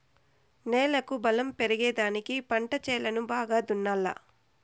నేలకు బలం పెరిగేదానికి పంట చేలను బాగా దున్నాలా